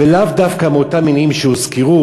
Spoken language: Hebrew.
ולאו דווקא בגלל אותם מניעים שהוזכרו,